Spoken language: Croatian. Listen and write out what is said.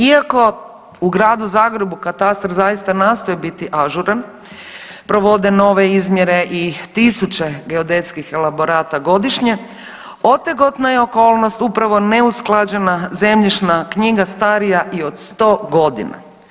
Iako u Gradu Zagrebu katastar zaista nastoji biti ažuran provode nove izmjere i tisuće geodetskih elaborata godišnje otegotna je okolnost upravo neusklađena zemljišna knjiga starija i od 100.g.